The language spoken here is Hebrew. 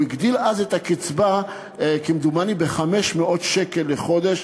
והוא הגדיל אז את הקצבה כמדומני ב-500 שקל לחודש,